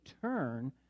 turn